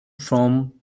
from